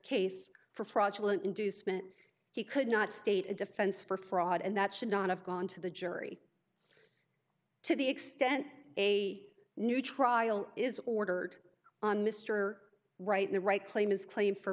case for fraudulent inducement he could not state a defense for fraud and that should not have gone to the jury to the extent a new trial is ordered on mr right the right claim is claim for